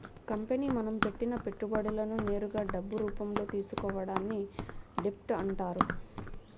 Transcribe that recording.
company మనం పెట్టిన పెట్టుబడులను నేరుగా డబ్బు రూపంలో తీసుకోవడాన్ని డెబ్ట్ అంటారు